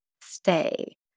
stay